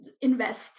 invest